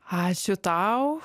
ačiū tau